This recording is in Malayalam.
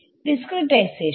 ഡിസ്ക്രിടൈസേഷൻ